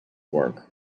work